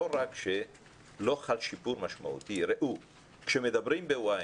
לא רק שלא חל שיפור משמעותי אבל כאשר מדברים ב-Ynet,